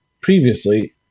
previously